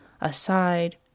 aside